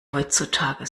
heutzutage